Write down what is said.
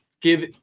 give